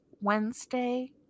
Wednesday